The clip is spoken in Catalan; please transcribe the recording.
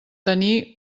tenir